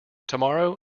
tomorrow